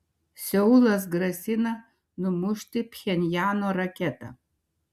seulas grasina numušti pchenjano raketą